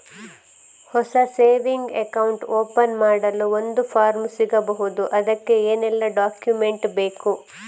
ಹೊಸ saving account open ಮಾಡಲು ಒಂದು ಫಾರ್ಮ್ ಸಿಗಬಹುದು? ಅದಕ್ಕೆ ಏನೆಲ್ಲಾ ಡಾಕ್ಯುಮೆಂಟ್ಸ್ ಬೇಕು?